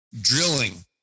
Drilling